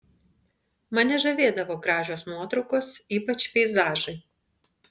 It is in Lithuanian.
mane žavėdavo gražios nuotraukos ypač peizažai